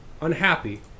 unhappy